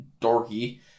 dorky